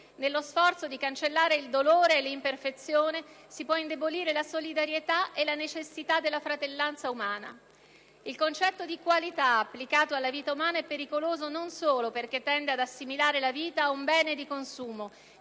nello sforzo di cancellare il dolore e l'imperfezione, si può indebolire la solidarietà e la necessità della fratellanza umana. Il concetto di «qualità» applicato alla vita umana è pericoloso, non solo perché tende ad assimilare la vita a un bene di consumo,